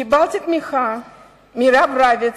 קיבלתי תמיכה מהרב רביץ,